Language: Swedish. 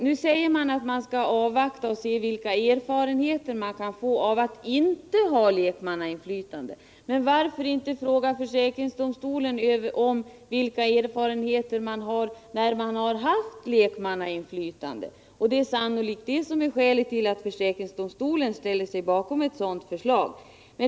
Nu sägs det att man skall avvakta och se vilka erfarenheterna blir av att inte tillämpa systemet med lekmannainflytande, men varför inte fråga försäkringsdomstolen om dess erfarenheter av lekmannainflytande? Det är sannolikt dessa som gör att försäkringsdomstolen ställer sig bakom ett sådant förslag.